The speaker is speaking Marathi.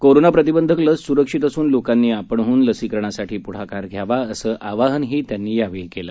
कोरोना प्रतिबंधक लस सुरक्षित असून लोकांनी आपणहून लसीकरणासाठी पुढाकार घ्यावा असं आवाहनही त्यांनी यावेळी केलं